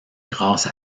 grâce